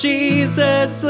Jesus